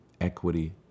equity